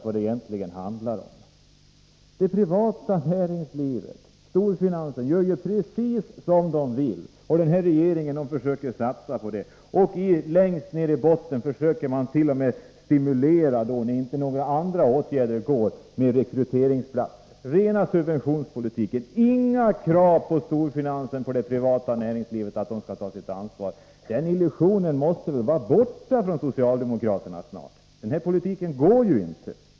Vad det egentligen handlar om är att det privata näringslivet och storfinansen gör precis som de vill. Och då vill regeringen satsa på detta. När inga andra åtgärder hjälper, då försöker regeringen satsa på rekryteringsplatser. Det är en ren subventionspolitik. Inga krav ställs på att storfinansen och det privata näringslivet skall ta sitt ansvar. Att tro att en sådan politik skall lyckas borde väl vara en illusion som socialdemokraterna snart måste överge.